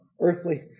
earthly